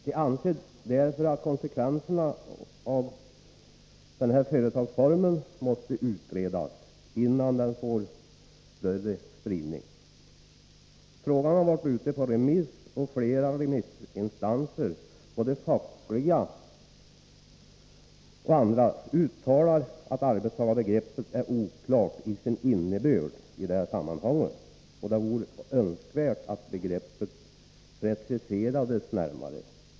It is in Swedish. Det anses därför att konsekvenserna av denna företagsform måste utredas innan den får större spridning. Frågan har varit ute på remiss och flera remissinstanser, både fackliga och andra, uttalar att arbetstagarbegreppet är oklart till sin innebörd i detta sammanhang och att det vore önskvärt att begreppet preciserades närmare.